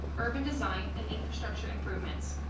urban design and infrastructure improvements.